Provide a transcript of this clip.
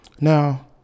Now